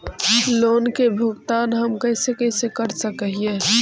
Loan के भुगतान हम कैसे कैसे कर सक हिय?